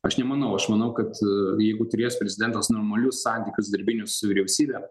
aš nemanau aš manau kad jeigu turės prezidentas normalius santykius darbinius su vyriausybe